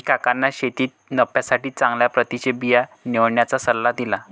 मी काकांना शेतीत नफ्यासाठी चांगल्या प्रतीचे बिया निवडण्याचा सल्ला दिला